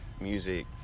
music